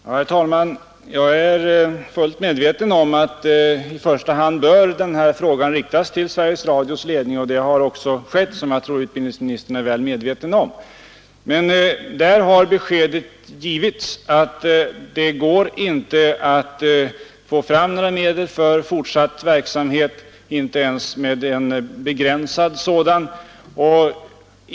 Herr talman! Jag är fullt medveten om att denna fråga i första hand bör riktas till Sveriges Radios ledning. Det har också skett, vilket jag tror att utbildningsministern känner till. Men där har beskedet getts att det inte går att få fram några medel för fortsatt verksamhet — inte ens en begränsad sådan.